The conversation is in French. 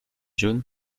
jaunes